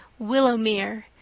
Willowmere